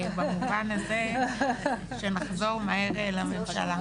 במובן זה שנחזור מהר לממשלה.